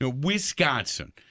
wisconsin